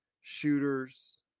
Shooters